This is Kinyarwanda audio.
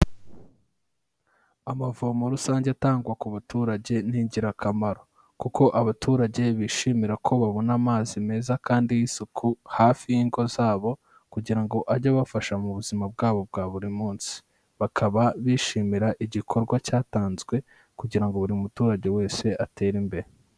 Amavomo rusange atangwa ku baturage ni ingirakamaro kuko abaturage bishimira ko babona amazi meza kandi y'isuku hafi y'ingo zabo, kugira ngo ajye abafasha mu buzima bwabo bwa buri munsi, bakaba bishimira igikorwa cyatanzwe kugira ngo buri muturage wese atere imbere.